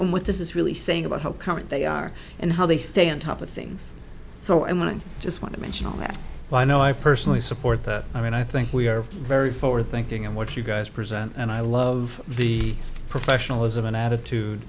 and with this is really saying about how current they are and how they stay on top of things so i want i just want to mention all that while i know i personally support that i mean i think we are very forward thinking and what you guys present and i love the professionalism in attitude